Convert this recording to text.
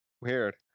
Weird